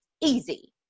easy